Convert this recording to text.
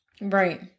Right